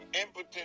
impotent